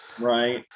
Right